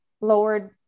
lowered